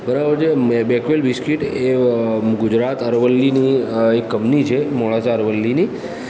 બરાબર છે મેં બેકવેલ બિસ્કીટ એ ગુજરાત અરવલ્લીની એક કંપની છે મોડાસા અરવલ્લીની